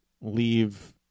leave